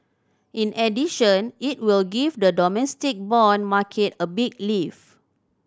in addition it will give the domestic bond market a big lift